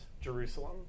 Jerusalem